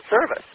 service